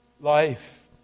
Life